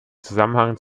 zusammenhang